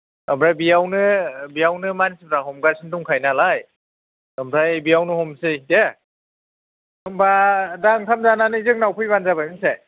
ओमफ्राय बियावनो बेयावनो मानसिफ्रा हमगासिनो दंखायो नालाय ओमफ्राय बेयावनो हमसै दे होमबा दा ओंखाम जानानै जोंनाव फैबानो जाबाय मिथिबाय